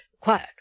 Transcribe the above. quiet